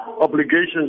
obligations